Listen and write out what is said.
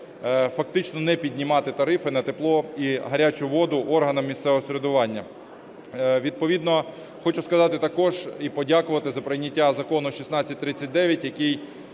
фактично не піднімати тарифи на тепло і гарячу воду органам місцевого самоврядування. Відповідно хочу сказати також і подякувати за прийняття Закону 1639, який